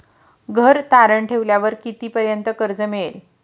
घर तारण ठेवल्यावर कितीपर्यंत कर्ज मिळेल?